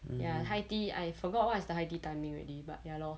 ya high tea I forgot what's the high tea timing already but ya lor